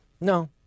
no